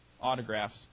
autographs